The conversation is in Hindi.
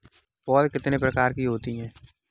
पौध कितने प्रकार की होती हैं?